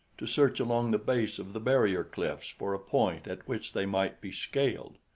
to search along the base of the barrier cliffs for a point at which they might be scaled.